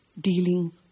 dealing